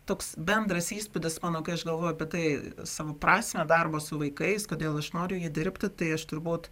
toks bendras įspūdis mano kai aš galvoju apie tai savo prasmę darbo su vaikais kodėl aš noriu jį dirbti tai aš turbūt